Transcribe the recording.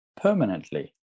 permanently